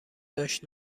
داشت